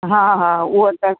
हा हा उहा त